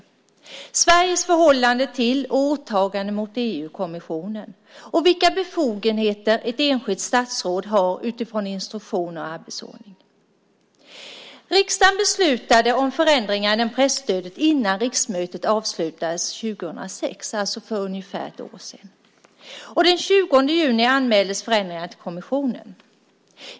Det omfattar också Sveriges förhållande till åtagande mot EU-kommissionen och vilka befogenheter ett enskilt statsråd har utifrån instruktion och arbetsordning. Riksdagen beslutade om förändringar i presstödet innan riksmötet avslutades 2006, alltså för ungefär ett år sedan. Den 20 juni anmäldes förändringarna till kommissionen.